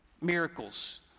miracles